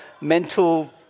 mental